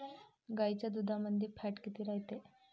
गाईच्या दुधामंदी फॅट किती रायते?